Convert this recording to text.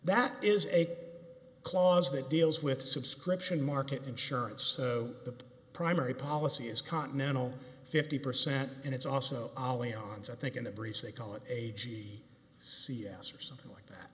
that is a clause that deals with subscription market insurance so the primary policy is continental fifty percent and it's also ali ons i think in the briefs they call it a g c s or something like that